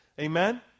Amen